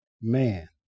man